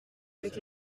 avec